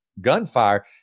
gunfire